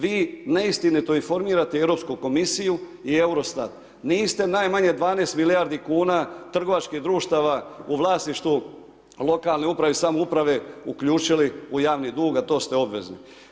Vi neistinito informirate Europsku Komisiju i Eurostat, niste najmanje 12 milijardi kuna trgovačkih društava u vlasništvu lokalne uprave i samouprave uključili u javni dug, a to ste obvezni.